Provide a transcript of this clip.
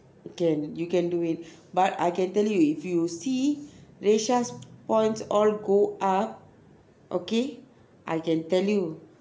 you can you can do it but I can tell you if you see reisha's points all go up okay I can tell you